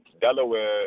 Delaware